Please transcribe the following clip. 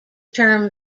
term